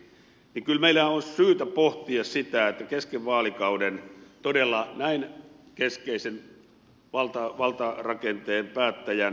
kyllä meillä on syytä pohtia sitä että kesken vaalikauden todella näin keskeisen valtarakenteen päättäjä nimetään